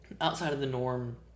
outside-of-the-norm